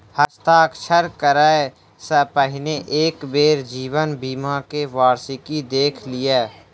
हस्ताक्षर करअ सॅ पहिने एक बेर जीवन बीमा के वार्षिकी देख लिअ